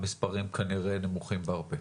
המספרים כנראה נמוכים בהרבה.